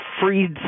freed